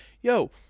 yo